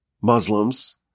Muslims